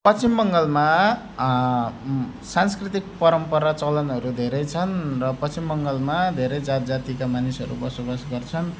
पश्चिम बङ्गालमा सांस्कृतिक परम्परा चलनहरू धेरै छन् र पश्चिम बङ्गालमा धेरै जात जातिका मानिसहरू बसोवास गर्छन्